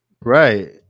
Right